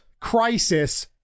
Crisis